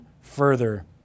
further